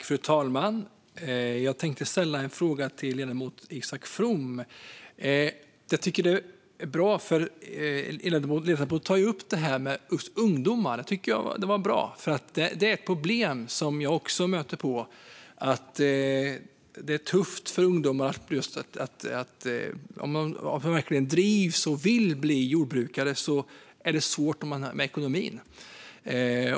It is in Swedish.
Fru talman! Jag tänkte ställa en fråga till ledamoten Isak From. Jag tycker att det är bra att ledamoten tar upp detta med ungdomar. Att det är tufft för ungdomar är ett problem som även jag stöter på. Om man verkligen har drivet och vill bli jordbrukare är det svårt med ekonomin.